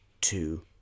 two